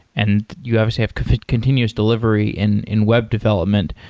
and you obviously have continuous delivery in in web development.